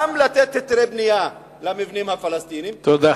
גם לתת היתרי בנייה למבנים הפלסטיניים, תודה.